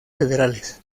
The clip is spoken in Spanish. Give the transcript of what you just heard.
federales